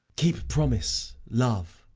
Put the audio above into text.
keep promise, love.